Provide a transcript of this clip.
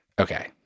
Okay